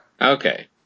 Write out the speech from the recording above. Okay